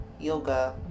yoga